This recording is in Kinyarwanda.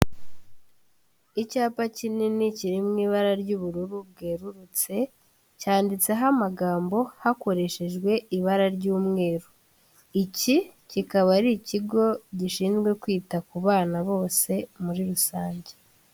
Icyapa kinini kiri mu ibara ry'ubururu bwererutse cyanditseho amagambo hakoreshejwe ibara ry'umweru, iki kikaba ari ikigo gishinzwe kwita ku bana bose muri rusange.